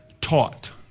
taught